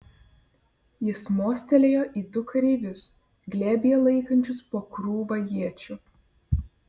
jis mostelėjo į du kareivius glėbyje laikančius po krūvą iečių